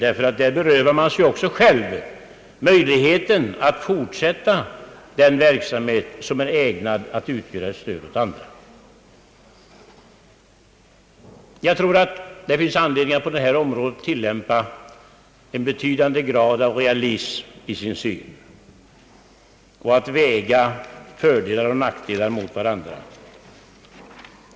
Då berövar man sig ju möjligheten att fortsätta den verksamhet som är ägnad att utgöra stöd åt andra. Det finns anledning för oss att på detta område anlägga en betydande grad av realism i vår syn och att väga fördelar och nackdelar mot varandra.